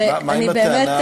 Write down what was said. ואני באמת,